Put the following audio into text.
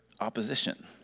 opposition